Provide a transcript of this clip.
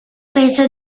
penso